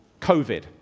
COVID